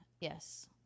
yes